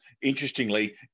interestingly